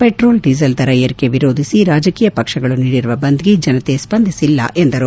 petrol diesel ದರ ಏರಿಕೆ ವಿರೋಧಿಸಿ ರಾಜಕೀಯ ಪಕ್ಷಗಳು ನೀಡಿರುವ ಬಂದ್ಗೆ ಜನತೆ ಸ್ವಂದಿಸಿಲ್ಲ ಎಂದರು